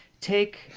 take